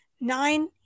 nine